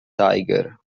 tiger